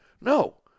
no